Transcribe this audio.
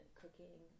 cooking